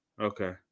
Okay